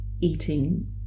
eating